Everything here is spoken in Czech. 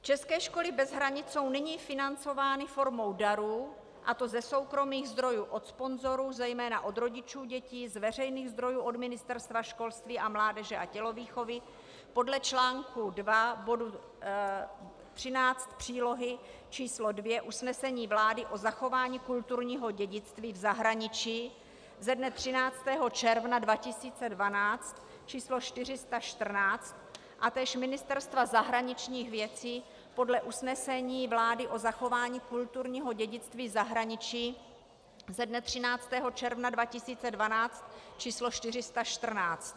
České školy bez hranic jsou nyní financovány formou darů, a to ze soukromých zdrojů od sponzorů, zejména od rodičů dětí, z veřejných zdrojů od Ministerstva školství, mládeže a tělovýchovy podle čl. 2 bodu 13 přílohy č. 2 usnesení vlády o zachování kulturního dědictví v zahraničí ze dne 13. června 2012 č. 414 a též Ministerstva zahraničích věcí podle usnesení vlády o zachování kulturního dědictví v zahraničí ze dne 13. června 2012 č. 414.